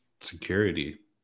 security